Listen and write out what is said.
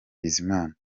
bizimana